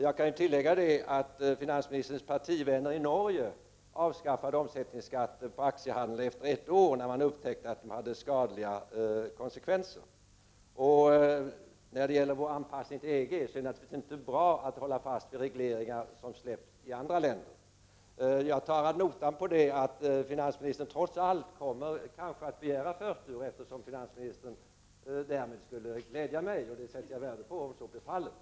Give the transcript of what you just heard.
Jag kan tillägga att finansministerns partivänner i Norge avskaffade om sättningsskatten på aktiehandel efter ett år, då man upptäckte att den hade skadliga konsekvenser. När det gäller vår anpassning till EG är det naturligtvis inte bra att hålla fast vid regleringar som avskaffats i andra länder. Jag tar ad notam att finansministern trots allt kanske kommer att begära förtur. Därmed skulle finansministern glädja mig och om så skulle bli fallet sätter jag värde på detta.